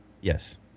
Yes